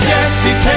Jesse